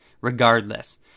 regardless